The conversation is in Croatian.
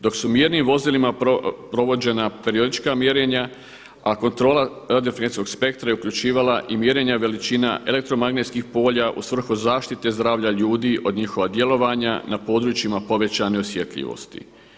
Dok su mjernim vozilima periodička mjerenja, a kontrola radio frekvencijskog spektra je uključivala i mjerenja veličina elektromagnetskih polja u svrhu zaštite zdravlja ljudi od njihova djelovanja na područjima povećane osjetljivosti.